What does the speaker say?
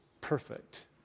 perfect